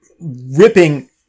ripping